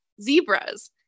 zebras